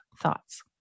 thoughts